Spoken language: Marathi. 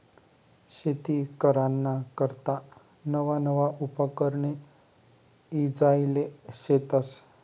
शेती कराना करता नवा नवा उपकरणे ईजायेल शेतस